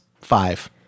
five